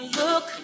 look